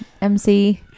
MC